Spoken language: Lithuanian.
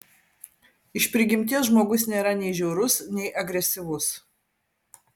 iš prigimties žmogus nėra nei žiaurus nei agresyvus